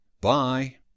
Bye